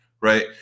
right